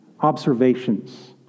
observations